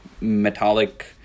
metallic